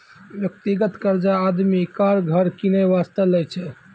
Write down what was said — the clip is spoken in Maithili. व्यक्तिगत कर्जा आदमी कार, घर किनै बासतें लै छै